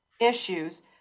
issues